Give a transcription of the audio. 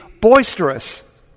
boisterous